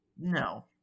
No